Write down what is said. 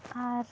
ᱟᱨ